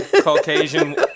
Caucasian